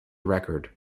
record